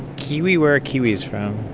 kiwi where are kiwis from?